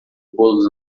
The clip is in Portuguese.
bolos